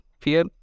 Fear